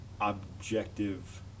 objective